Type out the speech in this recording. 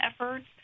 efforts